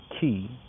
key